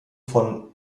von